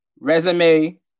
resume